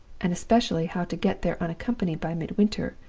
and especially how to get there unaccompanied by midwinter,